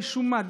משום מה,